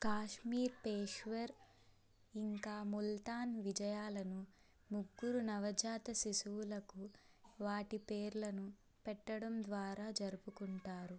కాశ్మీర్ పేశ్వర్ ఇంకా ముల్తాన్ విజయాలను ముగ్గురు నవజాత శిశువులకు వాటి పేర్లను పెట్టడం ద్వారా జరుపుకుంటారు